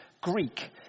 Greek